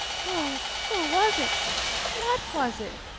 oh, who was it what was it?